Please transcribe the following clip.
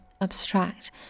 abstract